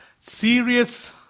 serious